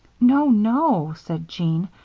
no, no, said jean,